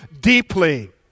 deeply